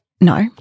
no